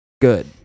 good